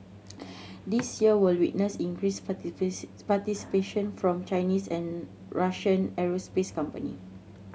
this year will witness increased participation from Chinese and Russian aerospace companies